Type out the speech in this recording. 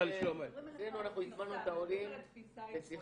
אצלנו אנחנו הזמנו את ההורים לשיחה,